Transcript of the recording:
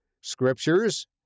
Scriptures